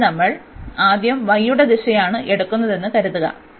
അതിനാൽ നമ്മൾ ആദ്യം y യുടെ ദിശയാണ് എടുക്കുന്നതെന്ന് കരുതുക